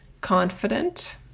confident